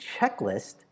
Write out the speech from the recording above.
checklist